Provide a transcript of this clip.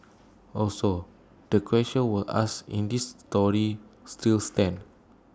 also the questions we asked in this story still stand